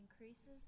increases